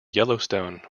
yellowstone